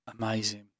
amazing